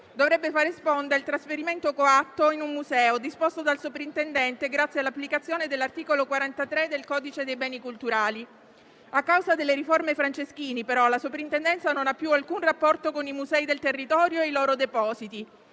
dovrebbe fare sponda il trasferimento coatto in un museo disposto dal soprintendente grazie all'applicazione dell'articolo 43 del codice dei beni culturali. A causa delle riforme Franceschini però la soprintendenza non ha più alcun rapporto con i musei del territorio e i loro depositi